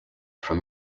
from